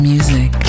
Music